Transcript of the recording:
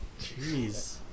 Jeez